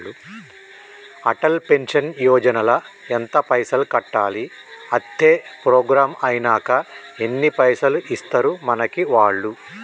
Atal pension Yojana ల ఎంత పైసల్ కట్టాలి? అత్తే ప్రోగ్రాం ఐనాక ఎన్ని పైసల్ ఇస్తరు మనకి వాళ్లు?